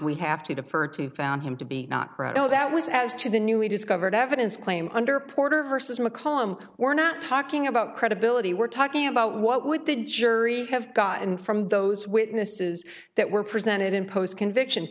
we have to defer to found him to be not proud of that was as to the newly discovered evidence claim under porter versus mccollum we're not talking about credibility we're talking about what would the jury have gotten from those witnesses that were presented in post conviction